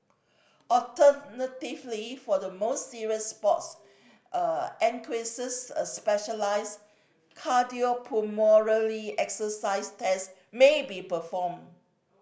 alternatively for the more serious sports a specialised exercise test may be performed